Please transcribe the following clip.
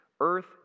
Earth